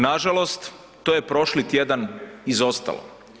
Nažalost, to je prošli tjedan izostalo.